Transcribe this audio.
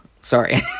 Sorry